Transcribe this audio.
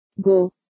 Go